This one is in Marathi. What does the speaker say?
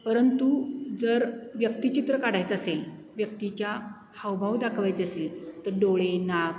परंतु जर व्यक्तिचित्र काढायचं असेल व्यक्तीच्या हावभाव दाखवायचं असेल तर डोळे नाक